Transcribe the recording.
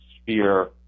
sphere